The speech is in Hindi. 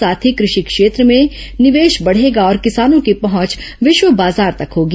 साथ ही कृषि क्षेत्र में निवेश बढेगा और किसानों की पहुंच विश्व बाजार तक होगी